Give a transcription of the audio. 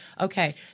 Okay